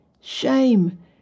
shame